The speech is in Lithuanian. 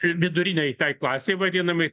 vidurinei klasei vadinamai